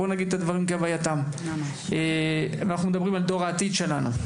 בוא נגיד את הדברים כהווייתם: אנחנו מדברים על דור העתיד שלנו.